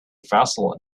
vessel